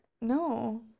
no